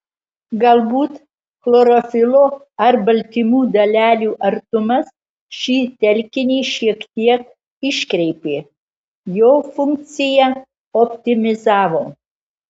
galbūt chlorofilo ar baltymų dalelių artumas šį telkinį šiek tiek iškreipė jo funkciją optimizavo